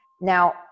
Now